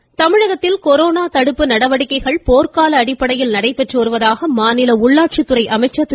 வேலுமணி தமிழகத்தில் கொரோனா தடுப்பு நடவடிக்கைகள் போர்க்கால அடிப்படையில் நடைபெற்று வருவதாக மாநில உள்ளாட்சித் துறை அமைச்சர் திரு